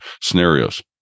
scenarios